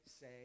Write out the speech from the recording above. say